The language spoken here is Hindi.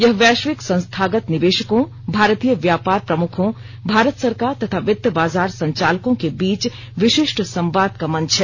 यह वैश्विक संस्थागत निवेशकों भारतीय व्यापार प्रमुखों भारत सरकार तथा वित्त बाजार संचालकों के बीच विशिष्ट संवाद का मंच है